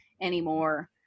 anymore